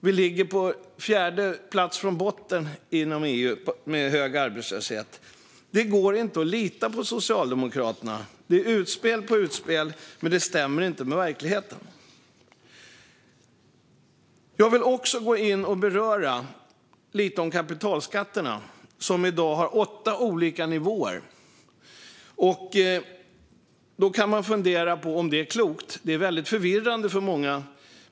Vi ligger på fjärde plats från botten inom EU med vår höga arbetslöshet. Det går inte att lita på Socialdemokraterna. Det är utspel på utspel, men de stämmer inte med verkligheten. Jag vill också kort beröra kapitalskatterna, som i dag har åtta olika nivåer. Man kan fundera på om det är klokt. Det är väldigt förvirrande för många.